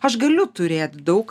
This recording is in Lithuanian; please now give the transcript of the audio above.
aš galiu turėt daug